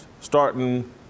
starting